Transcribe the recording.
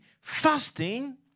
fasting